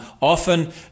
often